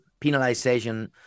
penalization